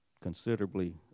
considerably